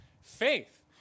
faith